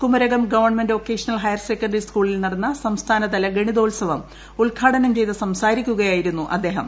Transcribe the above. Kumarakom government vocational higher secondary സ്കൂളിൽ നടന്ന സംസ്ഥാനതല ഗണിതോൽസവം ഉദ്ഘാടനം ചെയ്ത് സംസാരിക്കുകയായിരുന്നു അദ്ദേഹം